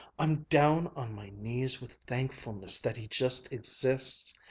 i'm down on my knees with thankfulness that he just exists,